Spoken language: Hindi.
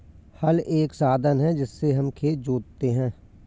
हल एक साधन है जिससे हम खेत जोतते है